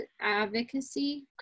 advocacy